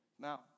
Now